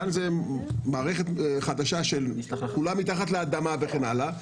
כאן זו מערכת חדשה שכולה מתחת לאדמה וכן הלאה.